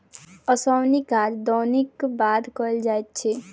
ओसौनीक काज दौनीक बाद कयल जाइत अछि